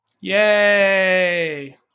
Yay